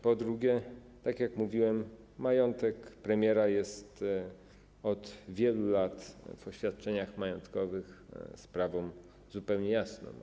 Po drugie, tak jak mówiłem, majątek premiera jest od wielu lat deklarowany w oświadczeniach majątkowych - to sprawa zupełnie jasna.